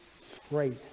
straight